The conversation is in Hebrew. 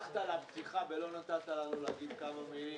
היושב-ראש הוא גפני משה.